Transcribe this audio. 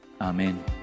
Amen